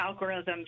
algorithms